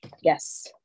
Yes